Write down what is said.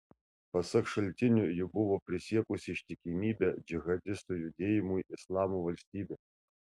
pasak šaltinių ji buvo prisiekusi ištikimybę džihadistų judėjimui islamo valstybė